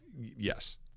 Yes